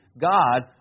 God